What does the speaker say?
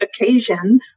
occasion